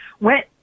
went